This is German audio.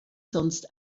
sonst